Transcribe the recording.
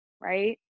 right